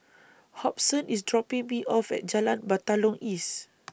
Hobson IS dropping Me off At Jalan Batalong East